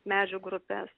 medžių grupes